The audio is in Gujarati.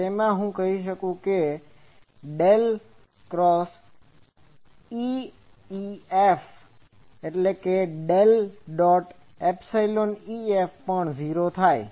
તેથી હું કહી શકું છું કે ∙ϵ EF ડેલ ડોટ એપ્સાઈલોન EFપણ 0 થાય છે